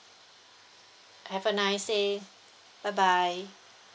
have a nice day bye bye